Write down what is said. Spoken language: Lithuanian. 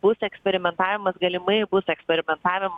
bus eksperimentavimas galimai bus eksperimentavimo